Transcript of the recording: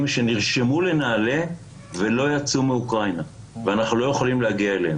שנרשמו לנעל"ה ולא יצאו לאוקראינה ואנחנו לא יכולים להגיע אליהם.